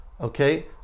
okay